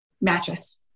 Mattress